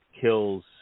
Kills